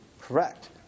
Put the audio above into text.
Correct